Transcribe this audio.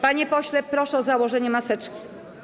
Panie pośle, proszę o założenie maseczki.